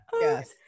yes